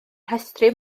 rhestru